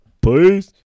Please